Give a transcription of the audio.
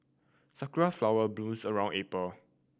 sakura flowers blooms around April